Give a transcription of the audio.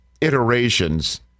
iterations